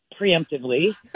preemptively